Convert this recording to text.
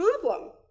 problem